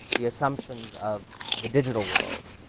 the assumptions of the digital world,